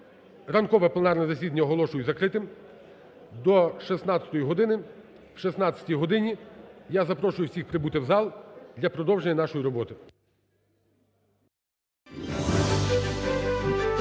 ранкове пленарне засідання оголошую закритим до 16-ї години. О 16-й годині я запрошую всіх прибути в зал для продовження нашої роботи.